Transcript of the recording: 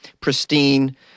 pristine